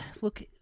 Look